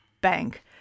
bank